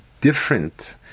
different